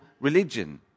religion